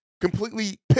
completely